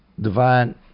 divine